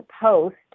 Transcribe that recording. post